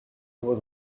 was